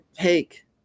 take